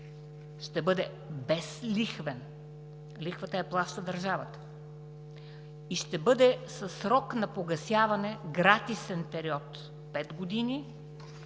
ще бъде безлихвен, лихвата я плаща държавата, и ще бъде със срок на погасяване – гратисен период пет години